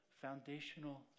foundational